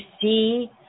see